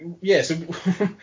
yes